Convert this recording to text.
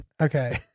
Okay